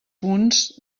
punts